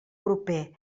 proper